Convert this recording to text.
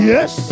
Yes